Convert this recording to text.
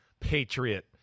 Patriot